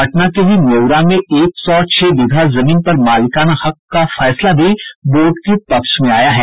पटना के ही नेउरा में एक सौ छह बिगहा जमीन पर मालिकाना हक का फैसला भी बोर्ड के पक्ष में आया है